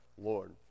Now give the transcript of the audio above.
Lord